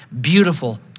beautiful